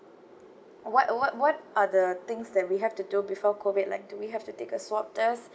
what what what are the things that we have to do before COVID like do we have to take a swab test